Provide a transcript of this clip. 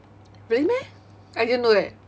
really meh I didn't know that